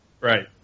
right